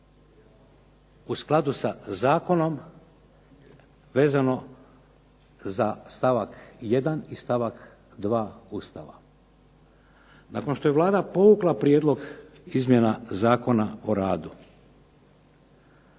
u skladu sa zakonom vezano za stavak 1. i stavak 2. Ustava". Nakon što je Vlada povukla prijedlog izmjena Zakona o radu,